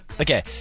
okay